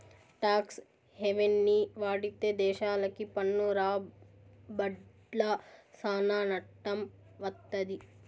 talks హెవెన్ని వాడితే దేశాలకి పన్ను రాబడ్ల సానా నట్టం వత్తది